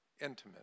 intimate